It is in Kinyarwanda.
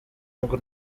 ngo